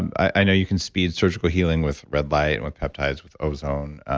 and i know you can speed surgical healing with red light, and with peptides, with ozone.